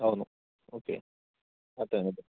అవును ఓకే అర్థమైంది అండి